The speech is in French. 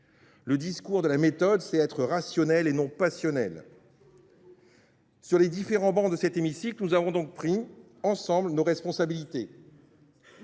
Le discours de la méthode, c’est être rationnel et non passionnel. Sur les différentes travées de cet hémicycle, nous avons donc pris, ensemble, nos responsabilités.